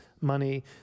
money